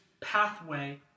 pathway